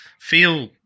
feel